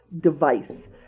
device